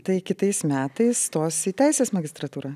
tai kitais metais stosi į teisės magistrantūrą